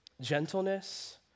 gentleness